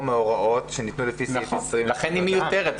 מהוראות שניתנו לפי סעיף 20. לכן היא מיותרת.